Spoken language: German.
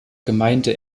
gemeinde